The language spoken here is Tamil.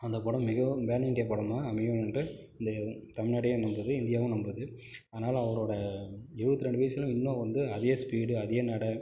அந்த படம் மிகவும் பேன் இண்டியா படமாக அமையும் என்று இந்த தமிழ்நாடே நம்புது இந்தியாவும் நம்புது ஆனால் அவரோட எழுபத்தி ரெண்டு வயதில் இன்னும் வந்து அதே ஸ்பீடு அதே நடை